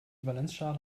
valenzschale